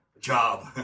Job